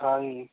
ହଁ